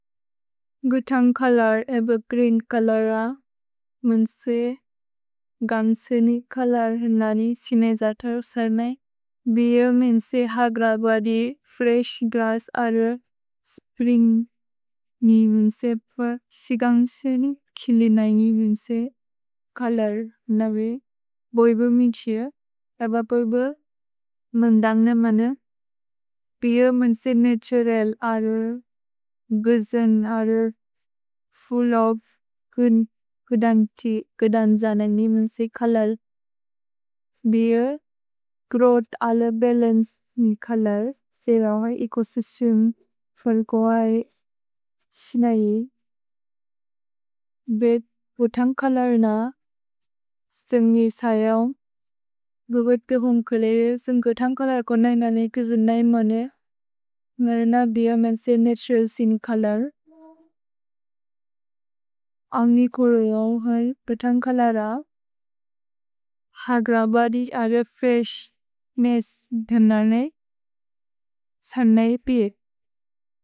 गुह्तन्ग् colour एब green colour. मुन्से गन्सेनि कलार् ननि सिने जातर् उसने। भियो मुन्से हाग्र ब्वदि फ्रेश् ग्रस्स् अर। स्प्रिन्ग् नि मुन्से प्व सिगन्सेनि खिलिनै नि मुन्से कलार् नवि। भियो मुन्से बोइबु मिन्क्सिअ। एब बोइबु मुन्दन्ग् न मन। भियो मुन्से नतुरल् अर। गुजेन् अर। फुल्ल् ओफ् गुदन् जन नि मुन्से कलार्। भियो ग्रोव्थ् अल बलन्चे नि कलार्। फेरौअ इकुसुसुम् फुल्गुऐ सिनै। भेत् गुह्तन्ग् कलार् न सुन्ग् नि जयौम्। गुहेत्के हुन् कुले सुन्ग् गुह्तन्ग् कलार् को नन ननि गुजेन् नै मने। नरेन बियो मुन्से नतुरल् सिने कलार्। अन्गि कुले औ है गुह्तन्ग् कलार। हाग्र ब्वदि अर फ्रेश् मेस् धन नै। सुन्नै पेक्।